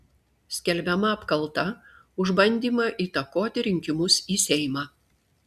skelbiama apkalta už bandymą įtakoti rinkimus į seimą